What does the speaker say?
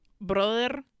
Brother